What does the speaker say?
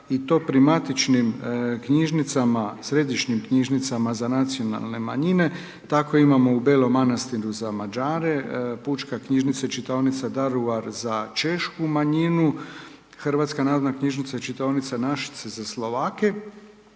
i to pri matičnim knjižnicama, središnjim knjižnicama za nacionalne manjine. Tako imamo u Belom Manastiru za Mađare, Pučka knjižnica i čitaonica Daruvar za češku manjinu, Hrvatska narodna knjižnica i čitaonica Našice za Slovake,